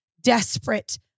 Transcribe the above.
desperate